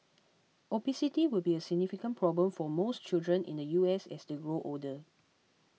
obesity will be a significant problem for most children in the U S as they grow older